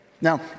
Now